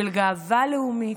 גאווה לאומית.